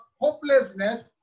hopelessness